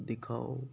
ਦਿਖਾਓ